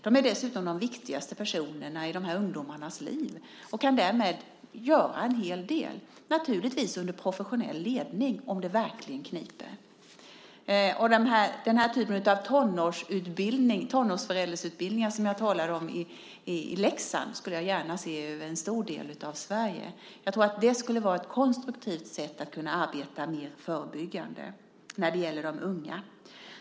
De är dessutom de viktigaste personerna i de här ungdomarnas liv och kan därmed göra en hel del. De behöver naturligtvis professionell ledning om det verkligen kniper. Den här typen av tonårsföräldersutbildningar i Leksand som jag talade om skulle jag gärna se över en stor del av Sverige. Jag tror att det skulle vara ett konstruktivt sätt att arbeta mer förebyggande när det gäller de unga.